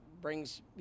brings